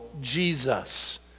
Jesus